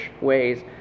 ways